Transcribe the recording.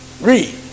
read